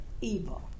evil